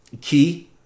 key